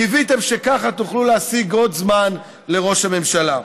קיוויתם שככה תוכלו להשיג עוד זמן לראש הממשלה.